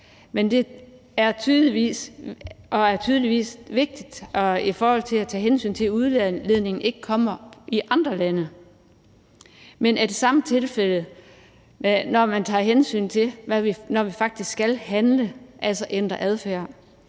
godt og er tydeligvis vigtigt i forhold til at tage hensyn til, at udledningen ikke kommer i andre lande. Men er det samme tilfældet, når man tager hensyn til, at vi faktisk skal handle, altså ændre adfærd?